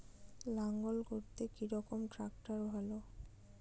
লাঙ্গল করতে কি রকম ট্রাকটার ভালো?